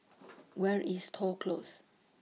Where IS Toh Close